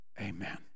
amen